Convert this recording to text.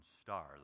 star